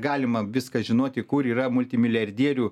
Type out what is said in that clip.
galima viską žinoti kur yra multimilijardierių